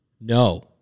no